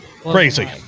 Crazy